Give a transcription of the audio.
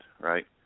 right